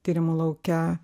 tyrimų lauke